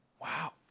wow